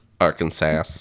Arkansas